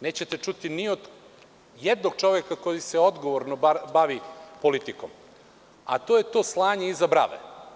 nećete čuti ni od jednog čoveka koji se odgovorno bavi politikom, a to je to slanje iza brave.